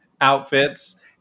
outfits